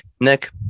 Nick